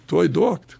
tuoj duok